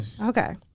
Okay